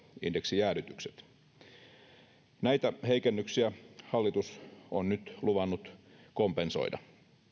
indeksijäädytykset näitä heikennyksiä hallitus on nyt luvannut kompensoida